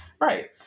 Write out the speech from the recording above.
Right